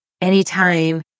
anytime